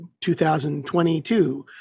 2022